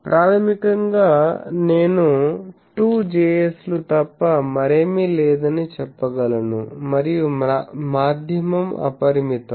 ప్రాథమికంగా నేను 2Js లు తప్ప మరేమీ లేదని చెప్పగలను మరియు మాధ్యమం అపరిమితం